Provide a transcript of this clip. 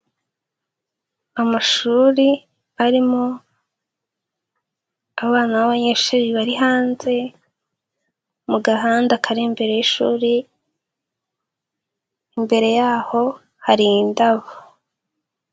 Amashuri arimo abana b'abanyeshuri bari hanze, mu gahanda kari imbere y'ishuri, imbere yaho hari indabo.